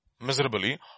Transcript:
miserably